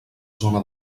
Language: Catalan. zona